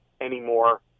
anymore